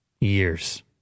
years